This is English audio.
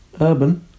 Urban